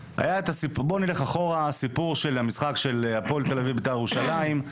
בוא נלך אחורה לסיפור של המשחק של הפועל ת"א וביתר ירושלים,